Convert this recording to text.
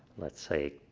let's say,